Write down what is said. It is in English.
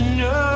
no